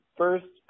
first